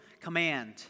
command